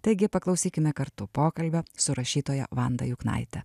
taigi paklausykime kartu pokalbio su rašytoja vanda juknaite